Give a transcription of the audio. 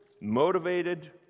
motivated